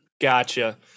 Gotcha